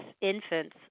infants